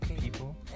people